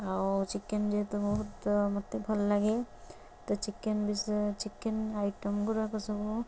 ଆଉ ଚିକେନ ଯେହେତୁ ବହୁତ ମୋତେ ଭଲ ଲାଗେ ତ ଚିକେନ ବିଷୟ ଚିକେନ ଆଇଟମ ଗୁଡ଼ାକ ସବୁ